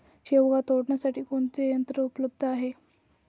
शेवगा तोडण्यासाठी कोणते यंत्र उपलब्ध आहे?